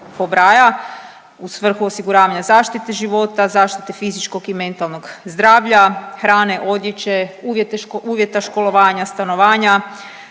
u svrhu osiguravanja zaštite života, zaštite fizičkog i mentalnog zdravlja, hrane, odjeće, uvjeta školovanja, stanovanja,